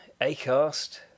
Acast